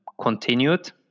continued